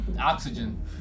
Oxygen